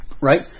Right